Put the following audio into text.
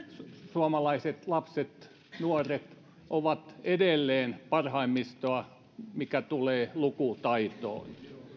suomalaiset lapset nuoret ovat edelleen parhaimmistoa mitä tulee lukutaitoon